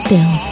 Bill